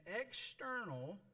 external